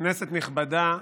כנסת נכבדה,